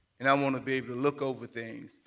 and i want to be able to look over things.